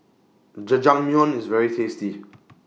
Jajangmyeon IS very tasty